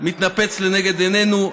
מתנפץ לנגד עינינו.